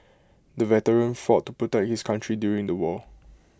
the veteran fought to protect his country during the war